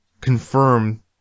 confirm